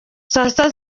sita